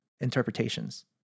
interpretations